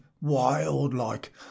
wild-like